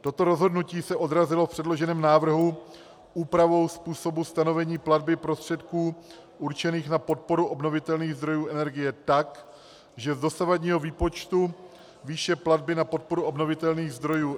Toto rozhodnutí se odrazilo v předloženém návrhu úpravou způsobu stanovení platby prostředků určených na podporu obnovitelných zdrojů energie tak, že z dosavadního výpočtu výše platby na podporu obnovitelných zdrojů energie